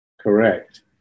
correct